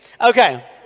okay